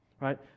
right